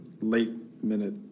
late-minute